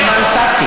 אמר לסחור.